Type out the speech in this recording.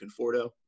Conforto